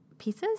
pieces